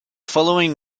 following